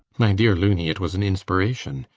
my dear loony, it was an inspiration.